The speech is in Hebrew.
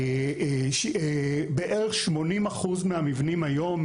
שבערך 80% מהמבנים היום,